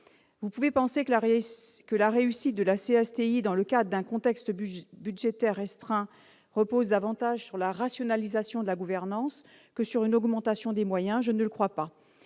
Vous pouvez penser que la réussite de la CSTI dans le cadre d'un contexte budgétaire restreint repose davantage sur la rationalisation de la gouvernance que sur une augmentation des moyens. Pour ma part, je ne le crois pas.